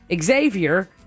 Xavier